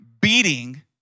beating